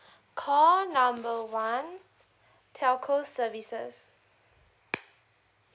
call number one telco services